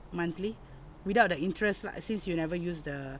monthly without the interest lah since you never use the